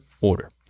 order